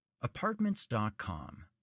Apartments.com